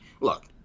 look